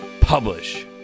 publish